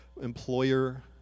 employer